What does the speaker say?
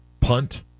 punt